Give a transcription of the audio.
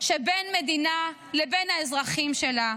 שבין מדינה לבין האזרחים שלה.